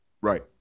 Right